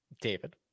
David